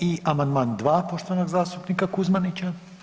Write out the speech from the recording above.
I amandman 2. poštovanog zastupnika Kuzmanića.